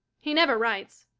he never writes.